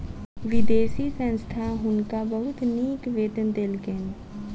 विदेशी संस्था हुनका बहुत नीक वेतन देलकैन